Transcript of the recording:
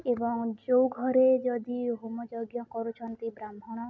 ଏବଂ ଯେଉଁ ଘରେ ଯଦି ହୋମ ଯଜ୍ଞ କରୁଛନ୍ତି ବ୍ରାହ୍ମଣ